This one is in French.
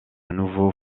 nouveau